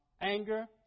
Anger